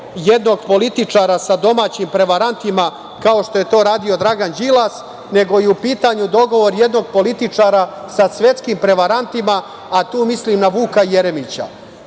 jednog političara sa domaćim prevarantima, kao što je to radio Dragan Đilas, nego je u pitanju dogovor jednog političara sa svetskim prevarantima, a tu mislim na Vuka Jeremića.